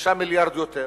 5 מיליארדים יותר.